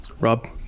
Rob